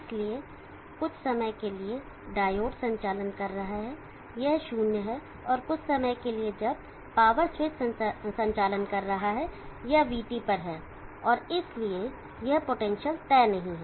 इसलिए कुछ समय के लिए डायोड संचालन कर रहा है यह शून्य है कुछ समय के लिए जब पावर स्विच संचालन कर रहा है यह vT पर है और इसलिए यह पोटेंशियल तय नहीं है